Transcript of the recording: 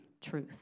truth